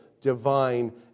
divine